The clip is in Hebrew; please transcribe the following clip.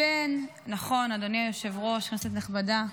-- אדוני היושב-ראש, כנסת נכבדה.